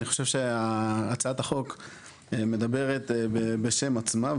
אני חושב שהצעת החוק מדברת בשם עצמה,